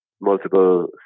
multiple